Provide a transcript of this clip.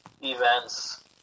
events